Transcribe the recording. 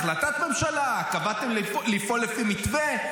החלטת ממשלה, קבעתם לפעול לפי מתווה.